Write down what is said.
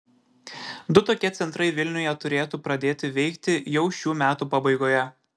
du tokie centrai vilniuje turėtų pradėti veikti jau šių metų pabaigoje